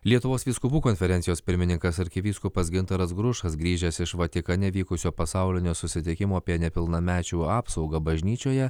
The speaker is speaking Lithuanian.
lietuvos vyskupų konferencijos pirmininkas arkivyskupas gintaras grušas grįžęs iš vatikane vykusio pasaulinio susitikimo apie nepilnamečių apsaugą bažnyčioje